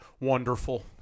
Wonderful